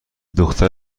دختر